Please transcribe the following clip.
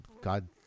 God